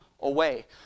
away